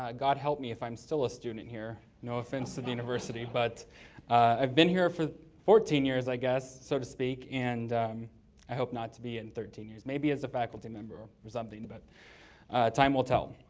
god help me if i'm still a student here, no offense to the university, but i've been here for fourteen years i guess, so to speak, and i hope not to be in thirteen years. maybe as a faculty member or something. but time will tell.